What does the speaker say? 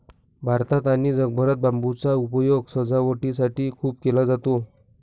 भारतात आणि जगभरात बांबूचा उपयोग सजावटीसाठी खूप केला जातो